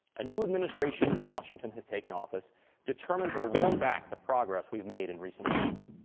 a new administration in washington has taken office determined to roll back the progress we have made in recent years.